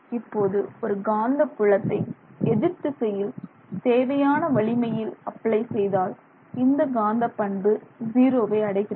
இப்போது ஒரு காந்தப்புலத்தை எதிர்திசையில் தேவையான வலிமையில் அப்ளை செய்தால் இந்த காந்தப் பண்பு ஜீரோவை அடைகிறது